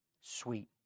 sweet